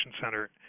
Center